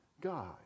God